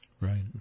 Right